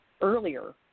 earlier